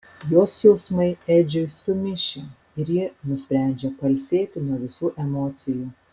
jos jausmai edžiui sumišę ir ji nusprendžia pailsėti nuo visų emocijų